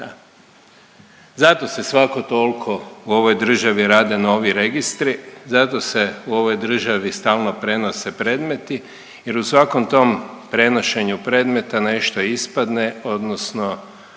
Zato se svako tolko u ovoj državi rade novi registri, zato se u ovoj državi stalno prenose predmeti jer u svakom tom prenošenju predmeta nešto ispadne odnosno